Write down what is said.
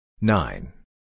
Nine